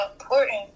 important